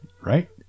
right